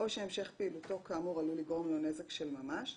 או שהמשך פעילותו כאמור עלול לגרום לו נזק של ממש,